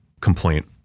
complaint